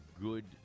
good –